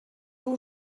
اون